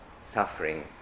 suffering